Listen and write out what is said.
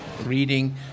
reading